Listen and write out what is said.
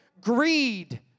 Greed